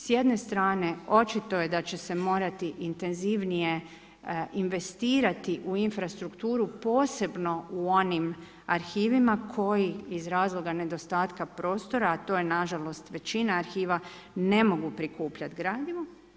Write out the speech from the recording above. S jedne strane, očito je da će se morati intenzivnije investirati u infrastrukturu posebno u onim arhivima koji iz razloga nedostatka prostora, a to je nažalost većina arhiva, ne mogu prikupljati gradivo.